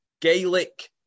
Gaelic